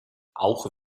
auch